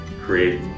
create